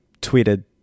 tweeted